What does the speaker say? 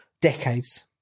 decades